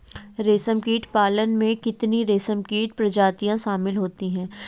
रेशमकीट पालन में कितनी रेशमकीट प्रजातियां शामिल होती हैं?